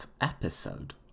episode